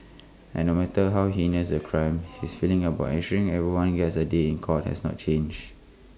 and no matter how heinous the crime his feelings about ensuring everyone gets A day court has not changed